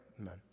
Amen